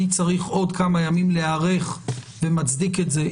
צריך עוד כמה ימים להיערך ומצדיק את זה,